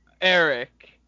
Eric